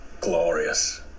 Glorious